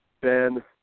Ben